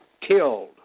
killed